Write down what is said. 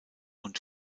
und